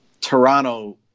Toronto